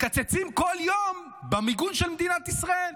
מקצצים כל יום במיגון של מדינת ישראל.